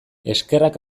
eskerrak